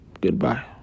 Goodbye